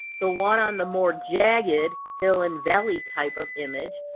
the one on the more jagged hill and valley type of image,